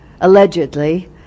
allegedly